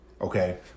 Okay